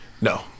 no